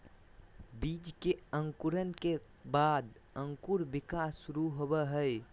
बीज के अंकुरण के बाद अंकुर विकास शुरू होबो हइ